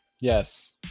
Yes